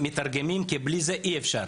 כי בלי זה אי אפשר.